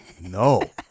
No